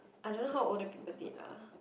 I don't know how older people date lah